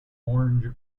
orange